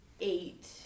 eight